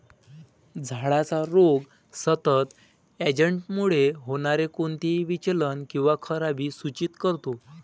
झाडाचा रोग सतत एजंटमुळे होणारे कोणतेही विचलन किंवा खराबी सूचित करतो